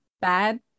bad